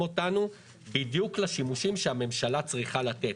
אותנו בדיוק לשימושים שהממשלה צריכה לתת.